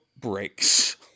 breaks